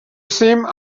seemed